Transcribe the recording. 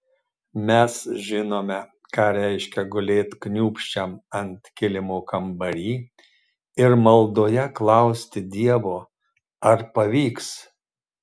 mes žinome ką reiškia gulėt kniūbsčiam ant kilimo kambary ir maldoje klausti dievo ar pavyks